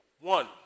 One